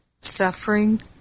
Suffering